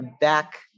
back